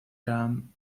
dam